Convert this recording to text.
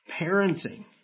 parenting